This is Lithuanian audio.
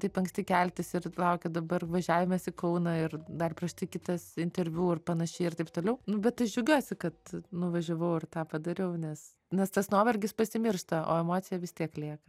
taip anksti keltis ir laukia dabar važiavimas į kauną ir dar prieš tai kitas interviu ir pan ir taip toliau nu bet aš džiaugiuosi kad nuvažiavau ir tą padariau nes nes tas nuovargis pasimiršta o emocija vis tiek lieka